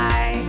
Bye